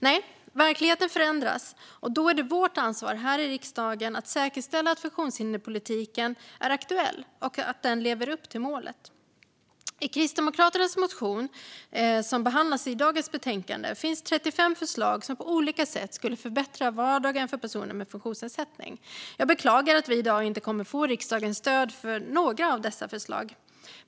Nej, verkligheten förändras, och då är det vårt ansvar här i riksdagen att säkerställa att funktionshinderspolitiken är aktuell och lever upp till målet. I en motion från Kristdemokraterna som behandlas i dagens betänkande finns 35 förslag som på olika sätt skulle förbättra vardagen för personer med funktionsnedsättning. Jag beklagar att vi i dag inte kommer att få riksdagens stöd för några av dessa förslag.